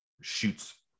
shoots